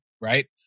right